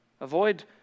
avoid